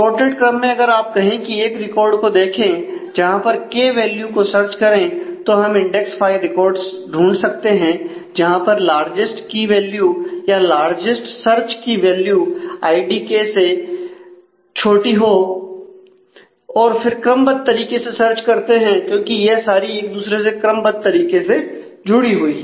sorted क्रम में अगर आप कहें कि एक रिकॉर्ड को देखें जहां पर के और फिर क्रमबद्ध तरीके से सर्च करते हैं क्योंकि यह सारी एक दूसरे से क्रमबद्ध तरीके से जुड़ी हुई है